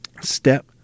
Step